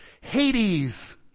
Hades